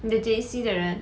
the J_C 的人